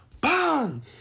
bang